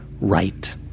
right